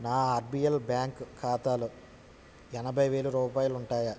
నా RBL bank ఖాతాలో ఎనభై వేలు రూపాయాలుంటాయా